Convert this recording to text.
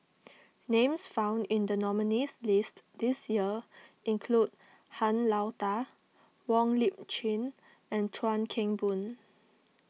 names found in the nominees' list this year include Han Lao Da Wong Lip Chin and Chuan Keng Boon